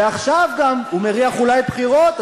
ועכשיו גם הוא מריח אולי בחירות,